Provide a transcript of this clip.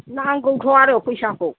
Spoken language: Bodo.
नांगौथ' आरो फैसाखौ